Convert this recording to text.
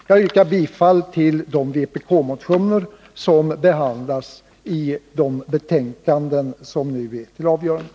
Jag yrkar bifall till vpk-motionen som behandlas i de betänkanden som nu är uppe till avgörande.